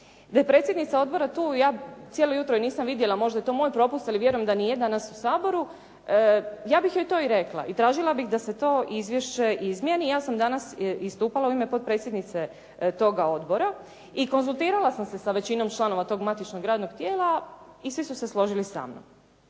Da je predsjednica odbora tu, ja cijelo jutro je nisam vidjela, možda je to moj propust, ali vjerujem da nije danas u Saboru, ja bih joj to i rekla i tražila bih da se to izvješće izmijeni. Ja sam danas istupala u ime potpredsjednice toga odbora i konzultirala sam se sa većinom članova tog matičnog radnog tijela i svi su se složili sa mnom.